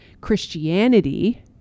Christianity